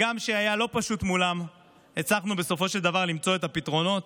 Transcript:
וגם כשהיה לא פשוט מולם הצלחנו בסופו של דבר למצוא את הפתרונות,